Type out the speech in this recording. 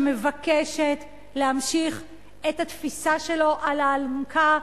שמבקשת להמשיך את התפיסה שלו על האלונקה,